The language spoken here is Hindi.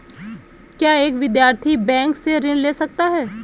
क्या एक विद्यार्थी बैंक से ऋण ले सकता है?